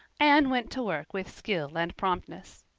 anne went to work with skill and promptness.